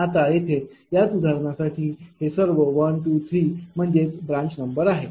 आता येथे याच उदाहरणासाठी हे सर्व 1 2 3 म्हणजेच ब्रांच नंबर आहेत